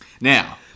now